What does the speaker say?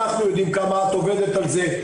אנחנו יודעים כמה את עובדת על זה,